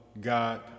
God